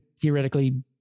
theoretically